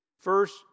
First